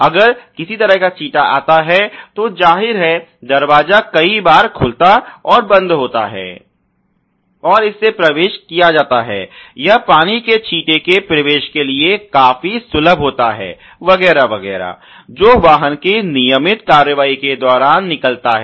अगर किसी तरह का छींटा आता है तो जाहिर है दरवाजा कई बार खुलता और बंद होता है और इससे प्रवेश किया जाता है यह पानी के छींटे के प्रवेश के लिए काफी सुलभ होता है वगैरह वगैरह जो वाहन के नियमित कार्यवाही के दौरान निकलता है